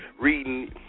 reading